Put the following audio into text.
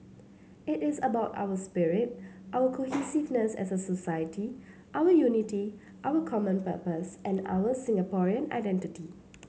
it is about our spirit our cohesiveness as a society our unity our common purpose and our Singaporean identity